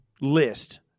list